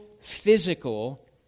physical